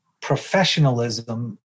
professionalism